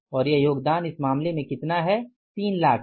और यह योगदान इस मामले में कितना है 3 लाख है